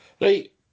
Right